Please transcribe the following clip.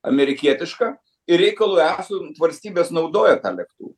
amerikietišką ir reikalui esant valstybės naudoja tą lėktuvą